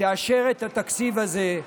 תאשר את התקציב הזה,